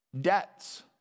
debts